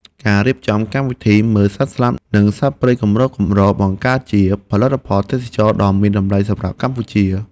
ការរៀបចំកម្មវិធីមើលសត្វស្លាប និងសត្វព្រៃកម្រៗបង្កើតជាផលិតផលទេសចរណ៍ដ៏មានតម្លៃសម្រាប់កម្ពុជា។